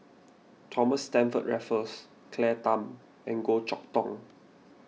Thomas Stamford Raffles Claire Tham and Goh Chok Tong